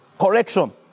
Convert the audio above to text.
Correction